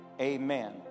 Amen